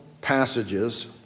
passages